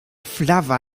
flava